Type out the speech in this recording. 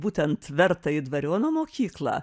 būtent verta į dvariono mokyklą